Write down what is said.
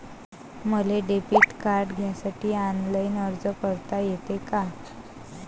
मले debit card घ्यासाठी online अर्ज करता येते का?